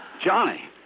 Johnny